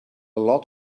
lot